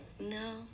No